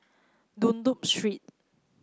Dunlop Street